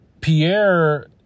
Pierre